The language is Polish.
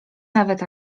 nawet